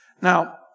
Now